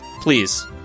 please